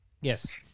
Yes